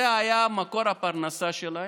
זה היה מקור הפרנסה שלהם.